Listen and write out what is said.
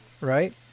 right